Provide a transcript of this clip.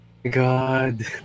God